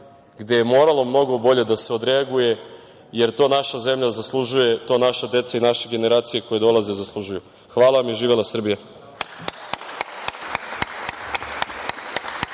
gde je moralo mnogo bolje da se odreaguje, jer to naša zemlja zaslužuje, to naša deca i naše generacije koje dolaze zaslužuju. Hvala vam. Živela Srbija.